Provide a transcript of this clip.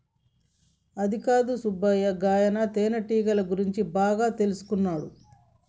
అదికాదు సుబ్బయ్య గాయన తేనెటీగల గురించి బాగా తెల్సుకున్నాడు